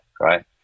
right